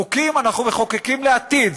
חוקים אנחנו מחוקקים לעתיד.